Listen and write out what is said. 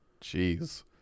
Jeez